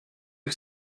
que